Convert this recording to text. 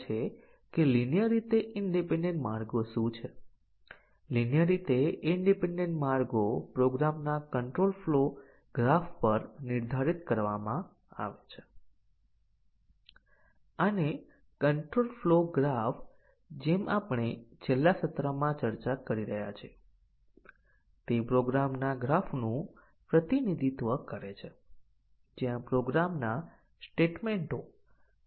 તેથી નીચે આપેલા બે input testing inputs basic condition coverage પ્રાપ્ત કરશે કારણ કે પ્રથમ a 15 આપણે તેને સાચું અને b 30 સુયોજિત કરીશું આપણે તેને સાચું પણ સુયોજિત કરીશું અને a 5 આપણે તેને ખોટા કરીશું અને b 60 આપણે તેને ખોટા સેટ કરીશું